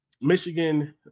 Michigan